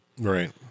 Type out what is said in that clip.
Right